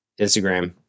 Instagram